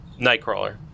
nightcrawler